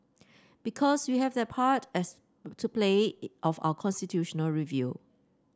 because we have that part as to play of our constitutional review